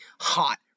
hot